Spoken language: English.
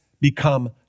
become